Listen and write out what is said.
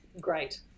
Great